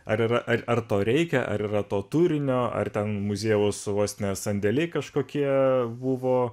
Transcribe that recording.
ar yra ar ar to reikia ar yra to turinio ar ten muziejaus vos ne sandėliai kažkokie buvo